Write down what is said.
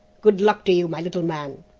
good luck to you, my little man!